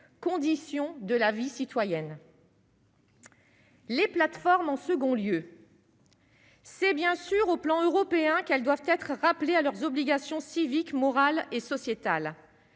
conditions de la vie citoyenne. Les plateformes en second lieu, c'est bien sûr au plan européen, qu'elles doivent être rappelés à leurs obligations civiques morales et sociétales,